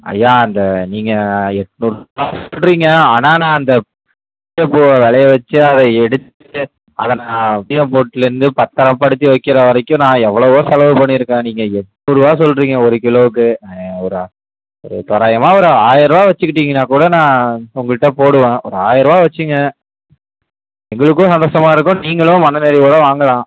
ஐயா அந்த நீங்கள் எட்நூறுபா சொல்கிறீங்க ஆனால் நான் அந்த மல்லிகைப் பூவை விளைய வச்சு அதை எடுத்து அதை நான் இருந்து பத்திரப்படுத்தி வைக்கிற வரைக்கும் நான் எவ்வளோவோ செலவு பண்ணியிருக்கேன் நீங்கள் எட்நூறுபா சொல்கிறீங்க ஒரு கிலோவுக்கு ஒரு ஒரு தோராயமாக ஒரு ஆயர்ரூபா வச்சுக்கிட்டீங்கன்னா கூட நான் உங்கள்கிட்ட போடுவேன் ஒரு ஆயர்ரூபா வச்சிகோங்க எங்களுக்கும் சந்தோஷமா இருக்கும் நீங்களும் மனநிறைவோடு வாங்கலாம்